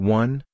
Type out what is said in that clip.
one